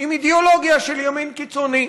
עם אידיאולוגיה של ימין קיצוני.